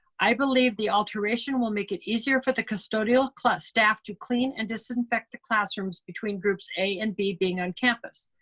i believe the alteration will make it easier for the custodial staff to clean and disinfect the classrooms between groups a and b being on campus.